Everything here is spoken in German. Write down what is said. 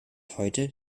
heute